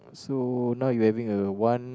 so now you having a one